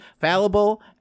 fallible